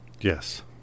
Yes